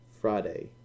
Friday